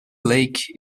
lake